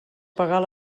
pagar